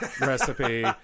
recipe